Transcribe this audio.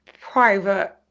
private